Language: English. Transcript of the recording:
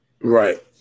Right